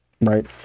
right